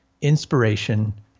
inspiration